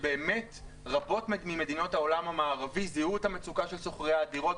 שבאמת רבות ממדינות העולם המערבי זיהוי את המצוקה של שוכרי הדירות,